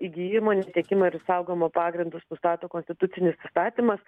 įgijimo netekimą ir išsaugojimo pagrindus nustato konstitucinis įstatymas